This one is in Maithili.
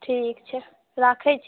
ठीक छै राखै छी